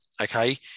Okay